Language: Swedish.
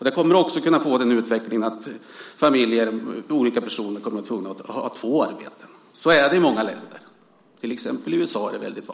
Det kommer att kunna få den utvecklingen att människor kommer att vara tvungna att ha två arbeten. Så är det i många länder. Det är väldigt vanligt till exempel i USA.